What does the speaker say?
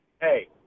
hey